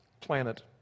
planet